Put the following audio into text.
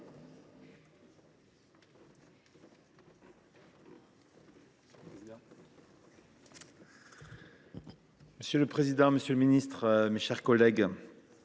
Monsieur le président, monsieur le ministre, mes chers collègues,